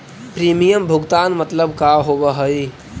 Premium भुगतान मतलब का होव हइ?